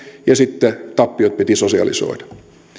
ja sitten tappiot piti sosialisoida